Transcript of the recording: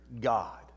God